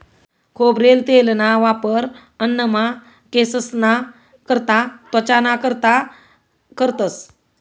खोबरेल तेलना वापर अन्नमा, केंससना करता, त्वचाना कारता करतंस